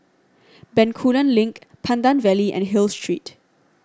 Bencoolen Link Pandan Valley and Hill Street